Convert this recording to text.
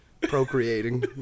procreating